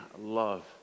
love